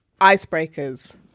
Icebreakers